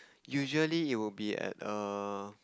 usually it would be at err